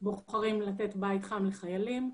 בוחרים לתת בית חם לחיילים.